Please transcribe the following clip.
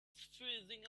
freezing